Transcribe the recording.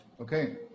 Okay